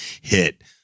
hit